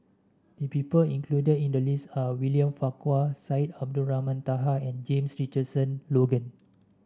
the people included in the list are William Farquhar Syed Abdulrahman Taha and James Richardson Logan